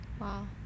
Wow